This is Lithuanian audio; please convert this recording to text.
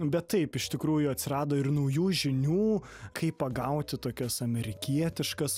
bet taip iš tikrųjų atsirado ir naujų žinių kaip pagauti tokias amerikietiškas